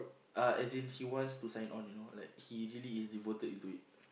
uh as in he wants to sign on you know like he really is devoted into it